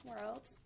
world